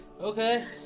Okay